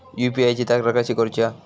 UPI ची तक्रार कशी करुची हा?